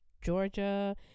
Georgia